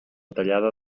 tallada